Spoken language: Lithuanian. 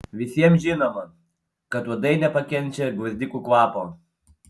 visiems žinoma kad uodai nepakenčia gvazdikų kvapo